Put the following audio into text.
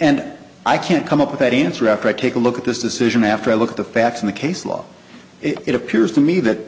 and i can't come up with that answer after i take a look at this decision after i look at the facts of the case law it appears to me that